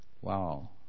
Wow